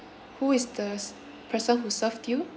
who is the s~ person who served you